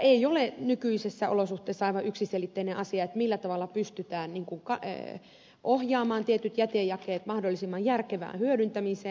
ei ole nykyisissä olosuhteissa aivan yksiselitteinen asia millä tavalla pystytään ohjaamaan tietyt jätejakeet mahdollisimman järkevään hyödyntämiseen